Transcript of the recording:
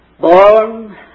born